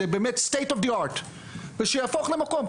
ושיהפוך למקום.